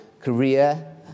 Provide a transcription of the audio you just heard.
Korea